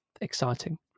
exciting